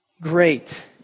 Great